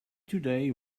today